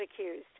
accused